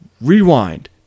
rewind